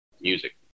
music